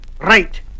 Right